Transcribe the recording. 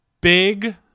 big